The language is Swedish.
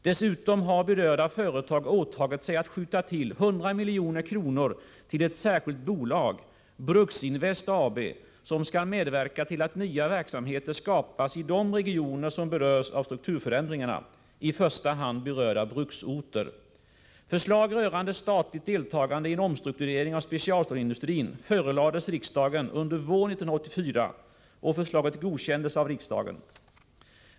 Dessutom har berörda företag åtagit sig att skjuta till 100 milj.kr. till ett särskilt bolag — Bruksinvest AB — som skall medverka till att nya verksamheter skapas i de regioner som berörs av strukturförändringarna, i första hand bruksorterna. Förslag rörande statligt deltagande i en omstrukturering av specialstålsindustrin förelades riksdagen under våren 1984. Förslagen godkändes av riksdagen .